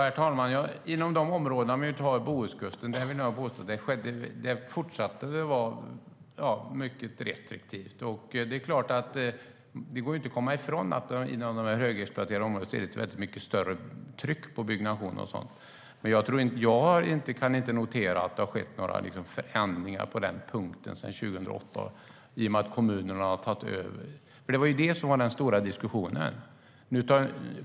Herr talman! Om vi tar Bohuskusten ser vi att det fortsatt är mycket restriktivt där. Det går inte att komma ifrån att det i de högexploaterade områdena är mycket större tryck på byggnation och sådant. Jag har inte noterat att det sedan 2008 skulle ha skett några förändringar på den punkten i och med att kommunerna tog över. Det var ju den stora diskussionen.